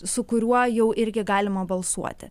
su kuriuo jau irgi galima balsuoti